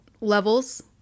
levels